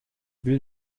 will